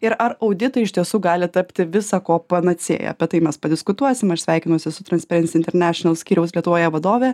ir ar auditai iš tiesų gali tapti visa ko panacėja apie tai mes padiskutuosim aš sveikinuosi su transperens internešinal skyriaus lietuvoje vadove